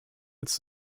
its